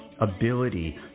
ability